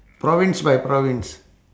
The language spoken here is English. province by province